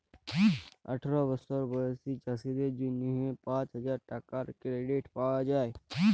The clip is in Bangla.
আঠার বসর বয়েসী চাষীদের জ্যনহে পাঁচ হাজার টাকার কেরডিট পাউয়া যায়